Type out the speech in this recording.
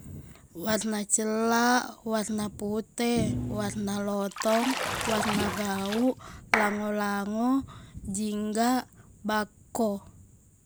Warna cellaq warna pute warna lotong warna gauq lango-lango jingga bakko